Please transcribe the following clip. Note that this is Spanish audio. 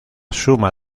suma